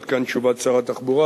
עד כאן תשובת שר התחבורה.